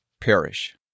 perish